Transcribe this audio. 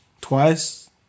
twice